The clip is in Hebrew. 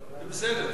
זה בסדר.